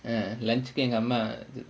lunch என் அம்மா:en ammaa